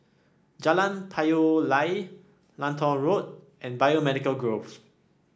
Jalan Payoh Lai Lentor Road and Biomedical Grove